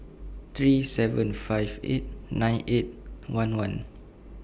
three seven five eight nine eight one one